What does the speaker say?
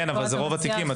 כן, אבל זה רוב התיקים.